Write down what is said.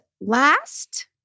last